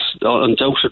undoubted